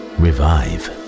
revive